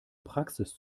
praxis